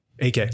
AK